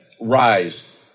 rise